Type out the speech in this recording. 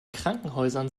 krankenhäusern